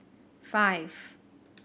five